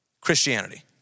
Christianity